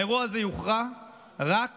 האירוע הזה יוכרע רק